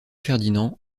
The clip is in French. ferdinand